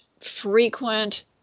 frequent